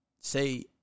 say